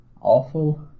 awful